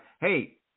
Hey